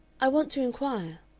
i want to inquire,